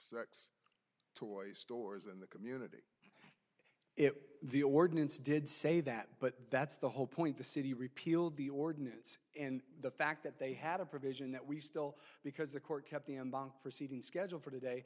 sex toy stores in the community if the ordinance did say that but that's the whole point the city repealed the ordinance and the fact that they had a provision that we still because the court kept the end bank proceedings scheduled for today